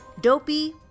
Dopey